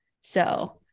So-